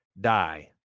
die